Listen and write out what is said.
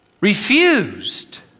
refused